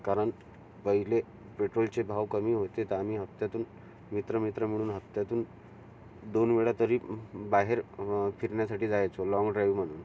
कारण पहिले पेट्रोलचे भाव कमी होते तर आम्ही हप्त्यातून मित्र मित्र म्हणून हप्त्यातून दोन वेळा तरी बाहेर फिरण्यासाठी जायचो लाँग ड्राईव्ह म्हणून